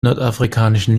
nordafrikanischen